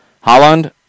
Holland